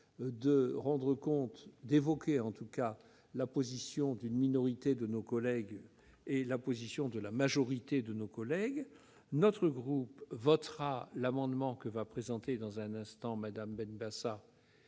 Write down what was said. justice ! -d'évoquer la position d'une minorité de nos collègues et la position de la majorité de nos collègues, notre groupe votera l'amendement que va présenter dans un instant Mme Esther